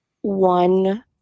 one